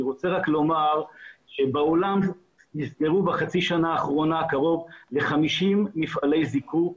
אני רוצה לומר שבעולם נסגרו בחצי השנה האחרונה קרוב ל-50 מפעלי זיקוק.